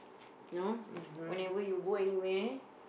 you know whenever you go anywhere